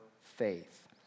faith